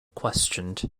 questioned